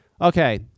Okay